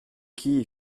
qui